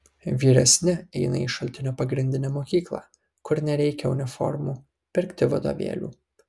vyresni eina į šaltinio pagrindinę mokyklą kur nereikia uniformų pirkti vadovėlių